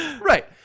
Right